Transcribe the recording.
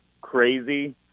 crazy